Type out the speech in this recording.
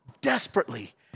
desperately